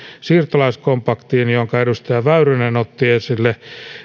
siirtolaiskompaktiin jonka edustaja väyrynen otti esille